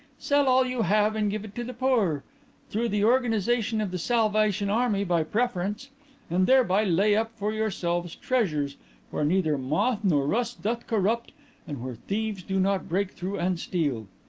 sell all you have and give it to the poor through the organization of the salvation army by preference and thereby lay up for yourselves treasures where neither moth nor rust doth corrupt and where thieves do not break through and steal.